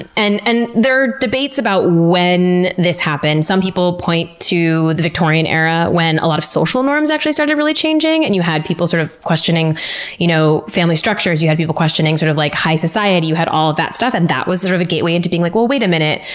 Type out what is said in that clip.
and and and there are debates about when this happened. some people point to the victorian era, when a lot of social norms actually started really changing and you had people, sort of, questioning you know family structures. you had people questioning sort of like high society, you had all of that stuff. and that was sort of a gateway into being like, well wait a minute,